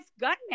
gunman